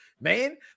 man